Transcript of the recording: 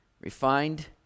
refined